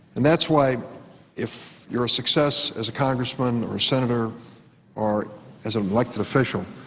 and that's why if you're a success as a congressman or senator or as an elected official,